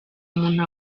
umuntu